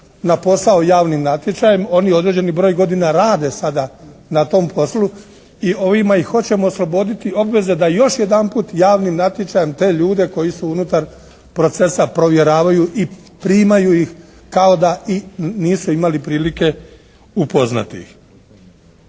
na posao javnim natječajem, oni određeni broj godina rade sada na tom poslu i ovime ih hoćemo osloboditi obveze da još jedanput javnim natječajem te ljude koji su unutar procesa provjeravaju i primaju ih kao da i nisu imali prilike upoznati ih.